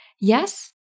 yes